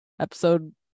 Episode